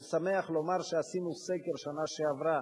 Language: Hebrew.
אני שמח לומר שעשינו סקר בשנה שעברה,